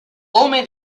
home